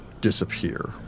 disappear